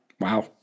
Wow